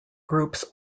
groups